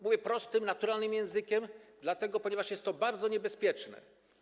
Mówię prostym, naturalnym językiem, ponieważ jest to bardzo niebezpieczne.